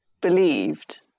believed